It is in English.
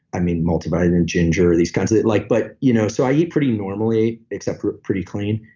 i mean, multivitamin, ginger, these kinds of. like but you know, so i eat pretty normally, except pretty clean.